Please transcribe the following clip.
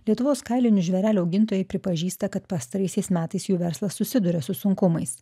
lietuvos kailinių žvėrelių augintojai pripažįsta kad pastaraisiais metais jų verslas susiduria su sunkumais